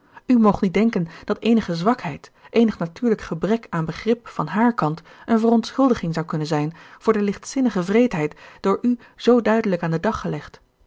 moogt niet denken dat eenige zwakheid eenig natuurlijk gebrek aan begrip van haar kant eene verontschuldiging zou kunnen zijn voor de lichtzinnige wreedheid door u zoo duidelijk aan den dag gelegd